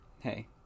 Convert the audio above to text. hey